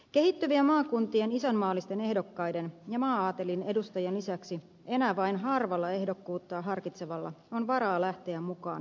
kehittyvien maakuntien isänmaallisten ehdokkaiden ja maa aatelin edustajien lisäksi enää vain harvalla ehdokkuutta harkitsevalla on varaa lähteä mukaan kisaan